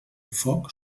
foc